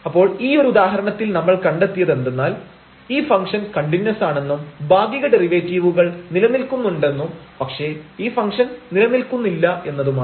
അപ്പോൾ ഈ ഒരു ഉദാഹരണത്തിൽ നമ്മൾ കണ്ടെത്തിയത് എന്തെന്നാൽ ഈ ഫംഗ്ഷൻ കണ്ടിന്യൂസ് ആണെന്നും ഭാഗിക ഡെറിവേറ്റീവുകൾ നിലനിൽക്കുന്നുണ്ടെന്നും പക്ഷേ ഈ ഫംഗ്ഷൻ നിലനിൽക്കുന്നില്ലെന്നുമാണ്